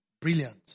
Brilliant